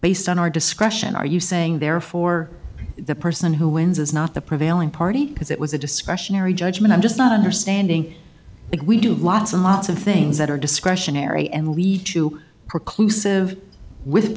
based on our discretion are you saying therefore the person who wins is not the prevailing party because it was a discretionary judgment i'm just not understanding that we do lots and lots of things that are discretionary and lead to reclusive with